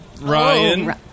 Ryan